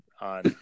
on